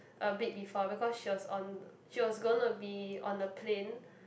a bit before because she was on she was gonna be on the plane